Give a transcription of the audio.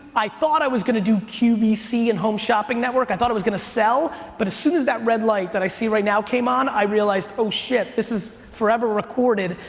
i thought i was gonna do qvc and home shopping network. i thought i was gonna sell, but as soon as that red light that i see right now came on, i realized, oh shit, this is forever recorded,